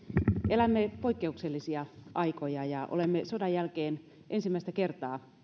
elämme poikkeuksellisia aikoja ja olemme sodan jälkeen ensimmäistä kertaa